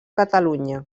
catalunya